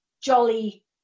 jolly